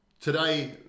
today